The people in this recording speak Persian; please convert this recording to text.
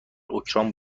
اوکراین